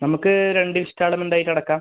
നമ്മൾക്ക് രണ്ട് ഇൻസ്റ്റാൾമെൻറ്റായിട്ട് അടക്കാം